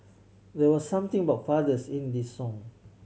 there was something about fathers in this song